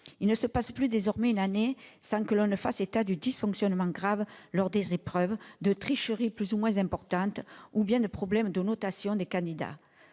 Il ne se passe plus désormais une année sans que l'on fasse état de dysfonctionnements graves lors des épreuves, de tricheries plus ou moins importantes ou bien de problèmes de notation des candidats.